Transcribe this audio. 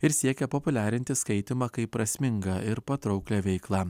ir siekia populiarinti skaitymą kaip prasmingą ir patrauklią veiklą